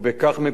קריאה ראשונה.